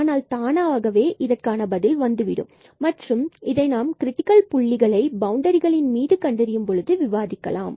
ஆனால் தானாகவே இந்த பதில் வந்துவிடும் மற்றும் இதை நாம் கிரிட்டிக்கல் புள்ளிகளை பவுண்டரிகள் மீது கண்டறியும் பொழுது விவாதிக்கலாம்